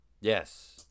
Yes